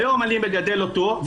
היום אני מגדל אותו.